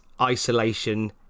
isolation